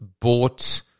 bought